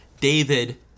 David